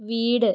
വീട്